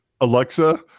Alexa